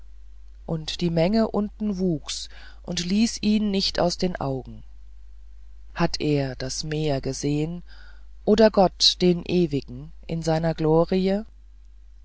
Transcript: und die menge unten wuchs und ließ ihn nicht aus den augen hat er das meer gesehen oder gott den ewigen in seiner glorie